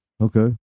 Okay